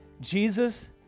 Jesus